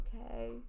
okay